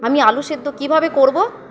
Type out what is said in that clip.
আমি আলু সেদ্ধ কীভাবে করবো